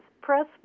press